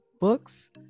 books